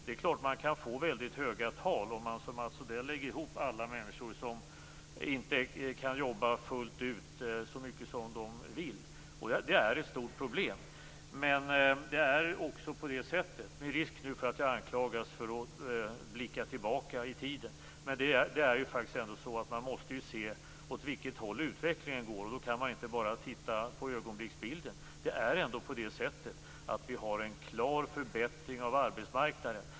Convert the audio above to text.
Det är klart att man kan få väldigt höga tal om man, som Mats Odell, lägger ihop alla människor som inte kan jobba fullt ut så mycket som de vill. Det är ett stort problem, men det är också så - med risk för att jag anklagas för att blicka tillbaka i tiden - att man måste se åt vilket håll utvecklingen går. Då kan man inte bara titta på ögonblicksbilden. Det är ändå så att vi har en klar förbättring av arbetsmarknaden.